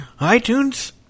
iTunes